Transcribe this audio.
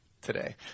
today